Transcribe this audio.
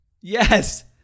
Yes